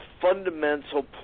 fundamental